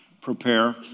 Prepare